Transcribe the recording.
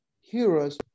heroes